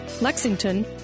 Lexington